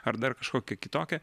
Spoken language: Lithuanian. ar dar kažkokie kitokie